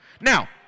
Now